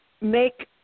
make